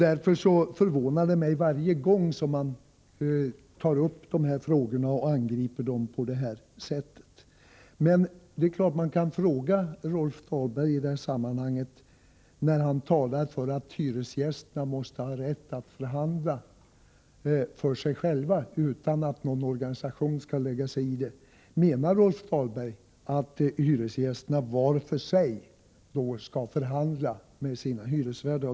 Därför blir jag varje gång lika förvånad när man angriper den här frågan. När Rolf Dahlberg talar om att hyresgästerna måste ha rätt att själva förhandla utan att någon organisation lägger sig i det kan man naturligtvis fråga: Menar Rolf Dahlberg att hyresgästerna var för sig skall förhandla med sina hyresvärdar?